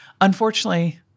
Unfortunately